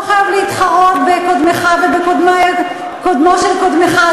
אתה לא חייב להתחרות בקודמך ובקודמו של קודמך,